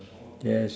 yes